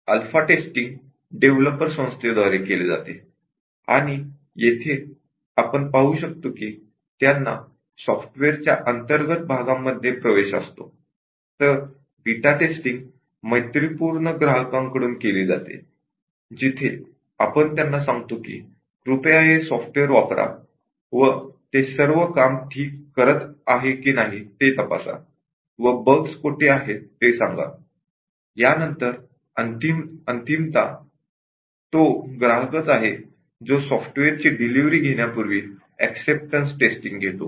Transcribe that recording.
alpha testing developer संस्थेद्वारे केली जाते आणि येथे आपण पाहू शकतो की त्यांना सॉफ्टवेअरच्या अंतर्गत भागांमध्ये प्रवेश असतो तर बीटा टेस्टिंग मैत्रीपूर्ण ग्राहकांकडून केली जाते जिथे आपण त्यांना सांगतो की हे सॉफ्टवेअर वापरा व ते सर्व काम ठीक करीत आहे की नाही ते तपासा व बग्स कोठे आहेत ते सांगा आणि यानंतर अंतिमतः तो ग्राहकच आहे जो सॉफ्टवेअरची डिलिव्हरी घेण्यापूर्वी एक्सेप्टेंस टेस्टिंग घेतो